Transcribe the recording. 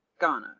Ghana